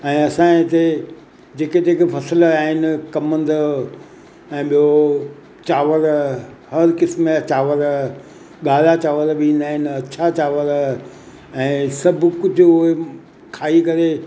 ऐं असांजे हिते जेके जेके फ़सुलु आहिनि कमंद ऐं ॿियों चांवर हर क़िस्म जा चांवर ॻाढ़ा चांवर बि ईंदा आहिनि अछा चांवर ऐं सभु कुझु उहे खाई करे